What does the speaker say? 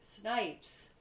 Snipes